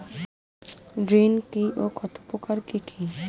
ঋণ কি ও কত প্রকার ও কি কি?